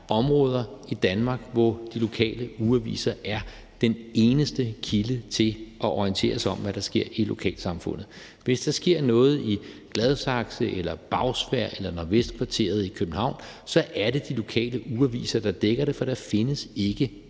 områder i Danmark, hvor de lokale ugeaviser er den eneste kilde til at orientere sig om, hvad der sker i lokalsamfundet. Hvis der sker noget i Gladsaxe, i Bagsværd eller i Nordvestkvarteret i København, er det de lokale ugeaviser, der dækker det, for der findes ikke